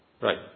Right